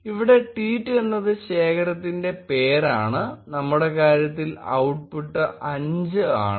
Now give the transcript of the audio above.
ഇവിടെ ട്വീറ്റ് എന്നത് ശേഖരത്തിന്റെ പേരാണ് നമ്മുടെ കാര്യത്തിൽ ഔട്ട്പുട്ട് 5 ആണ്